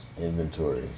inventory